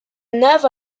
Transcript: œuvre